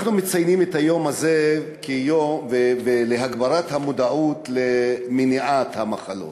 אנחנו מציינים את היום הזה כיום להגברת המודעות למניעת המחלות.